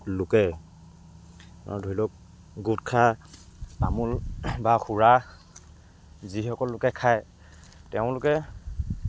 লোকে ধৰি লওক গোটখা তামোল বা সুৰা যিসকল লোকে খায় তেওঁলোকে